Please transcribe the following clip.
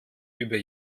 über